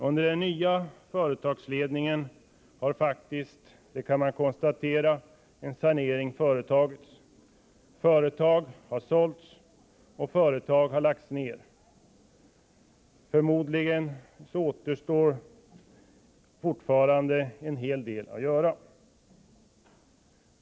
Under den nya företagsledningen har faktiskt — det kan man konstatera — en sanering genomförts. Företag har sålts och företag har lagts ned. Förmodligen återstår en hel del att göra.